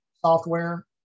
software